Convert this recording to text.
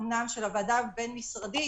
אומנם של הוועדה הבין-משרדית,